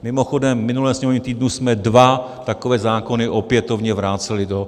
Mimochodem v minulém sněmovním týdnu jsme dva takové zákony opětovně vraceli do...